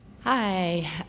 Hi